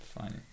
fine